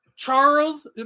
Charles